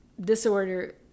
disorder